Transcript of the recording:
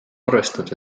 arvestada